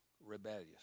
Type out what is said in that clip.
rebellious